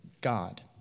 God